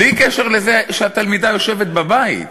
בלי קשר לזה שהתלמידה יושבת בבית,